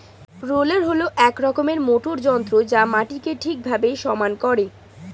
roller হল এক রকমের মোটর যন্ত্র যা মাটিকে ঠিকভাবে সমান করে